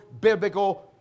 biblical